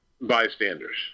bystanders